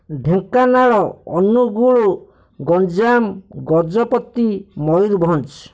Dhenkanal Angul Ganjam Gajapati Mayurbhanj